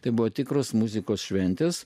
tai buvo tikros muzikos šventės